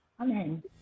Amen